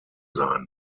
sein